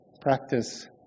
Practice